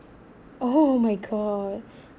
oh my god